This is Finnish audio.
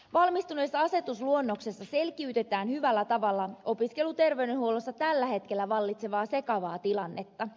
valmistuneessa asetusluonnoksessa selkiytetään hyvällä tavalla opiskeluterveydenhuollossa tällä hetkellä vallitsevaa sekavaa tilannetta